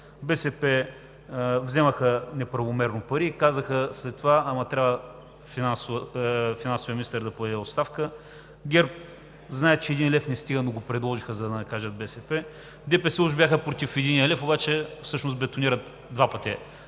БСП вземаха неправомерно пари и казаха след това: „Ама трябва финансовият министър да подаде оставка“. ГЕРБ знаят, че един лев не стига, но го предложиха, за да накажат БСП. ДПС уж бяха против единия лев, обаче всъщност бетонират два пъти